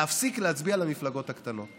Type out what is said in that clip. להפסיק להצביע למפלגות הקטנות.